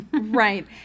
right